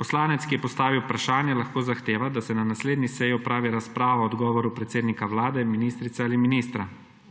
Poslanec, ki je postavil vprašanje, lahko zahteva, da se na naslednji seji opravi razprava o odgovoru predsednika Vlade, ministrice ali ministra.